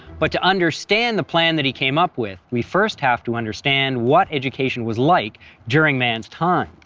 but to understand the plan that he came up with, we first have to understand what education was like during mann's time.